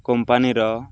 କମ୍ପାନୀର